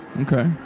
Okay